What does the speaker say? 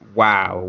wow